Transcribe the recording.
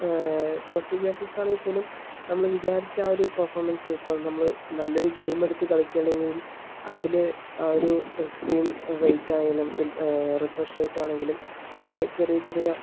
virtual graphics ആണെങ്കിൽ പോലും നമ്മൾ വിചാരിച്ച ആ ഒരു പെർഫോമൻസ് ഇപ്പോൾ നമ്മള് നല്ലൊരു ഗെയിം എടുത്തു കളിക്കുകയാണെങ്കിൽ അതില് ഒരു സ്ക്രീൻ റൈറ്റ് ആയാലും റിഫ്രഷ് റൈറ്റ് ആണെങ്കിലും ഒക്കെ ചെറിയ ചെറിയ